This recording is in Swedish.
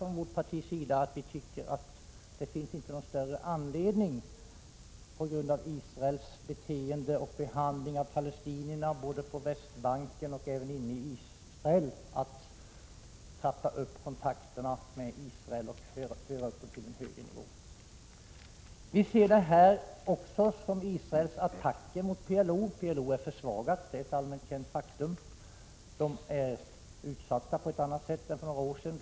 Vi i vpk har sagt att vi tycker att det inte finns någon större anledning, på grund av Israels beteende och Israels behandling av palestinierna både på Västbanken och inne i Israel, att trappa upp kontakterna med Israel, att föra upp dem på en högre nivå. Vi ser det här också som attacker från Israels sida mot PLO. PLO är försvagat — det är ett allmänt känt faktum. Palestinierna är utsatta på ett annat sätt än för några år sedan.